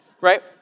right